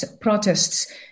protests